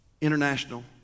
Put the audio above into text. International